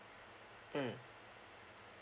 mm